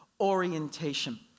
orientation